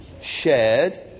shared